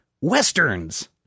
Westerns